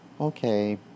Okay